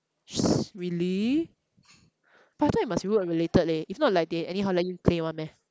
really but I thought it must be work related leh if not like they anyhow let you claim [one] meh